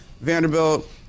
Vanderbilt